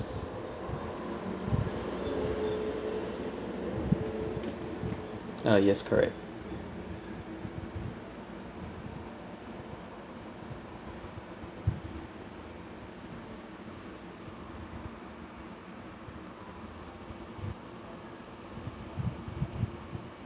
uh yes correct